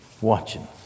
Watching